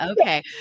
Okay